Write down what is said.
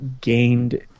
gained